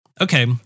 okay